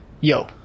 Yo